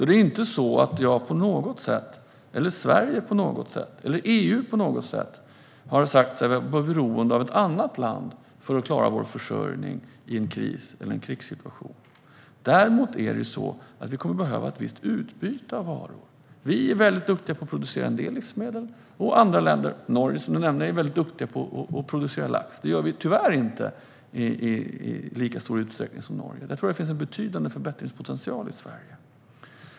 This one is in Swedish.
Det är inte så att jag, Sverige eller EU på något sätt har sagt sig vara beroende av ett annat land för att klara försörjningen i en kris eller en krigssituation. Däremot är det så att vi kommer att behöva ett visst utbyte av varor. Vi är väldigt duktiga på att producera en del livsmedel. Andra länder - Allan Widman nämnde Norge - är väldigt duktiga på att producera lax. Det gör vi tyvärr inte i lika stor utsträckning som Norge. Där tror jag att det finns en betydande förbättringspotential i Sverige.